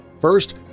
First